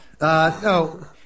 No